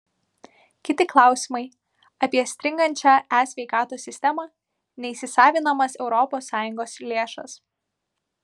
kiti klausimai apie stringančią e sveikatos sistemą neįsisavinamas europos sąjungos lėšas